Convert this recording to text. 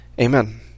amen